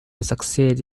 succeed